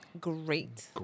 great